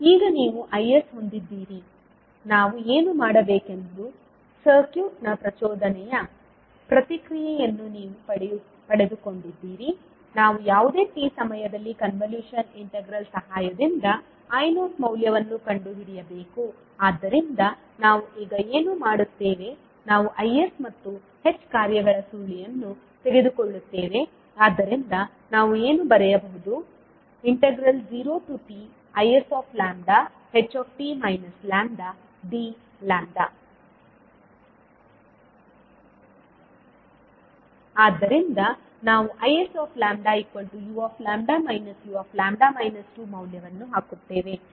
ಈಗ ನೀವು is ಹೊಂದಿದ್ದೀರಿ ನಾವು ಏನು ಮಾಡಬೇಕೆಂದು ಸರ್ಕ್ಯೂಟ್ನ ಪ್ರಚೋದನೆಯ ಪ್ರತಿಕ್ರಿಯೆಯನ್ನು ನೀವು ಪಡೆದುಕೊಂಡಿದ್ದೀರಿ ನಾವು ಯಾವುದೇ t ಸಮಯದಲ್ಲಿ ಕನ್ವಲ್ಯೂಷನ್ ಇಂಟೆಗ್ರಲ್ ಸಹಾಯದಿಂದ i0 ಮೌಲ್ಯವನ್ನು ಕಂಡುಹಿಡಿಯಬೇಕು ಆದ್ದರಿಂದ ನಾವು ಈಗ ಏನು ಮಾಡುತ್ತೇವೆ ನಾವು Is ಮತ್ತು h ಕಾರ್ಯಗಳ ಸುರುಳಿಯನ್ನು ತೆಗೆದುಕೊಳ್ಳುತ್ತೇವೆ ಆದ್ದರಿಂದ ನಾವು ಏನು ಬರೆಯಬಹುದು 0tisht λdλ ಆದ್ದರಿಂದ ನಾವು isu uλ 2 ಮೌಲ್ಯವನ್ನು ಹಾಕುತ್ತೇವೆ